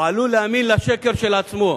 הוא עלול להאמין בשקר של עצמו.